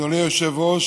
אדוני היושב-ראש,